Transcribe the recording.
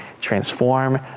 transform